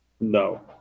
No